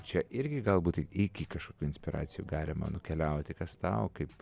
čia irgi galbūt iki kažkokių inspiracijų galima nukeliauti kas tau kaip